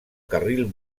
carril